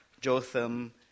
Jotham